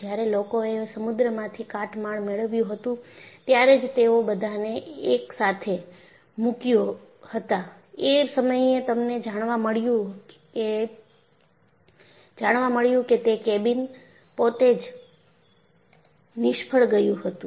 જ્યારે લોકોએ સમુદ્રમાંથી કાટમાળ મેળવ્યું હતું ત્યારે જ તેઓ બધાને એકસાથે મૂક્યા હતાં એ સમયે તમને જાણવા મળ્યું કે તે કેબિન પોતે જ નિષ્ફળ ગયું હતું